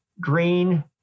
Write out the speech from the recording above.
green